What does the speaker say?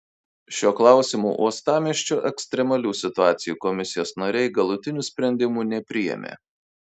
šiuo klausimu uostamiesčio ekstremalių situacijų komisijos nariai galutinių sprendimų nepriėmė